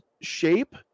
shape